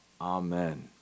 Amen